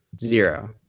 Zero